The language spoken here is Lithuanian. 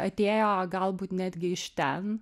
atėjo galbūt netgi iš ten